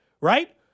right